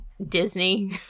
Disney